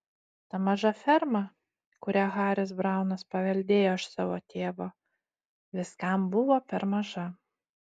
ta maža ferma kurią haris braunas paveldėjo iš savo tėvo viskam buvo per maža